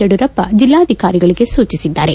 ಯಡಿಯೂರಪ್ಪ ಜಿಲ್ಲಾಧಿಕಾರಿಗಳಿಗೆ ಸೂಚಿಸಿದ್ದಾರೆ